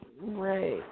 Right